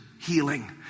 healing